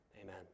Amen